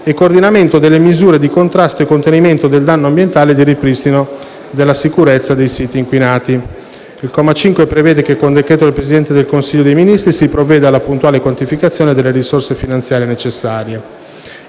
e coordinamento delle misure di contrasto e contenimento del danno ambientale e di ripristino della sicurezza dei siti inquinati. Il comma 5 prevede che, con decreto del Presidente del Consiglio dei ministri, si provveda alla puntuale quantificazione delle risorse finanziarie necessarie.